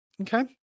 Okay